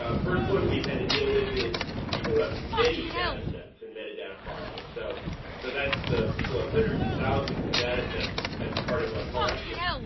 first one we've had to deal with is people have many datasets and metadata files. so ah people have hundreds and thousands of datasets as part of a collection,